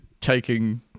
taking